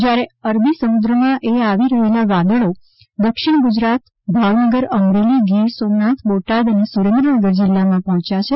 જ્યારે અરબી સમુદ્રમાં આવી રહેલા વાદળો દક્ષિણ ગુજરાત ભાવનગરઅમરેલી ગીર સોમનાથ બોટાદ અને સુરેન્દ્રનગર જીલ્લામાં પહોંચ્યા છે